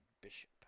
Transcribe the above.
Bishop